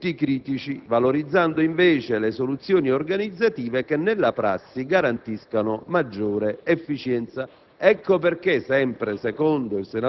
da poter intervenire sui punti critici valorizzando invece le soluzioni organizzative che nella prassi garantiscono maggiore efficienza.